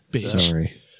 Sorry